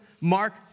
Mark